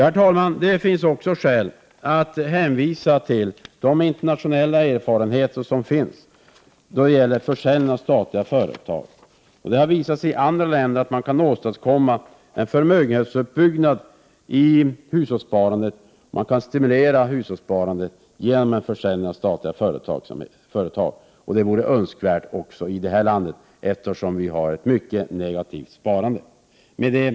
Herr talman! Det finns också skäl att hänvisa till de internationella erfarenheter som finns då det gäller försäljning av statliga företag. Det har i andra länder visat sig att det går att åstadkomma en förmögenhetsuppbyggnad i hushållssparandet. Det går att stimulera hushållssparandet genom försäljning av statliga företag. Det vore önskvärt även i det här landet, eftersom vi har ett mycket negativt sparande. Herr talman!